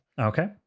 Okay